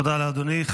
תודה לאדוני.